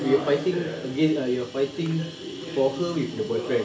you are fighting against ah you're fighting for her with the boyfriend